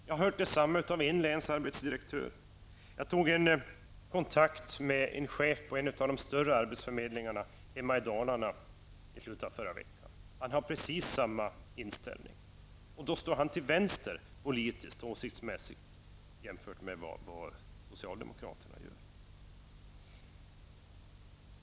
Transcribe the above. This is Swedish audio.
Jag har hört detsamma av en länsarbetsdirektör. Jag tog kontakt med en chef på en av de större arbetsförmedlingarna hemma i Dalarna i slutet av förra veckan. Han har precis samma inställning. Han står politiskt till vänster, åsiktsmässigt, i förhållande till socialdemokraterna.